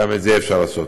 גם את זה אפשר לעשות,